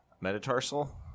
metatarsal